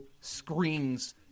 screens